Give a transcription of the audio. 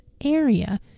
area